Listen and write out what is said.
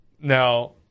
Now